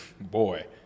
boy